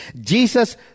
Jesus